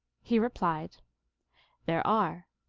he replied there are.